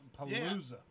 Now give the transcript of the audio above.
Palooza